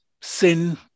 sin